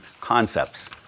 concepts